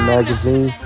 Magazine